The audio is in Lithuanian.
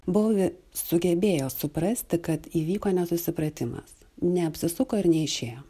bouvi sugebėjo suprasti kad įvyko nesusipratimas neapsisuko ir neišėjo